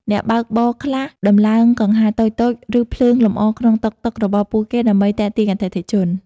អ្នកបើកបរខ្លះដំឡើងកង្ហារតូចៗ ឬភ្លើងលម្អក្នុងតុកតុករបស់ពួកគេដើម្បីទាក់ទាញអតិថិជន។